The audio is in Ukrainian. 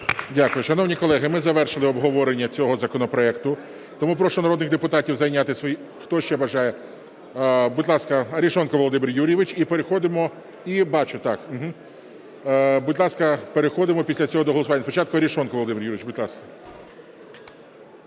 Дякую. Шановні колеги, ми завершили обговорення цього законопроекту. Тому прошу народних депутатів зайняти свої… Хто ще бажає? Будь ласка, Арешонков Володимир Юрійович. І переходимо… Бачу, так. Будь ласка, переходимо після цього до голосування. Спочатку Арешонков Володимир Юрійович. Будь ласка.